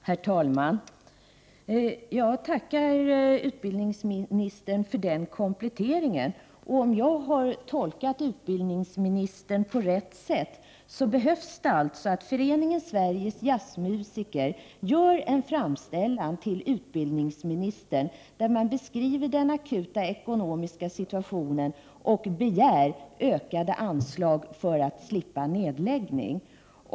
Herr talman! Jag tackar utbildningsministern för den kompletteringen. Om jag har tolkat utbildningsministern på rätt sätt, behövs det alltså att Föreningen Sveriges Jazzmusiker gör en framställan till utbildningsministern, där man beskriver den akuta ekonomiska situationen och begär ökade anslag för att slippa nedläggning.